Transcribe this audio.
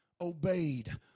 obeyed